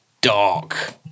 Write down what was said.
dark